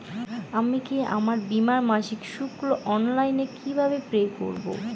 আমি কি আমার বীমার মাসিক শুল্ক অনলাইনে কিভাবে পে করব?